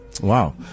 Wow